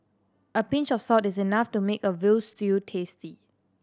a pinch of salt is enough to make a veal stew tasty